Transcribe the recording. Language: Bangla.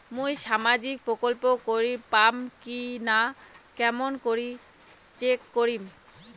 মুই সামাজিক প্রকল্প করির পাম কিনা কেমন করি চেক করিম?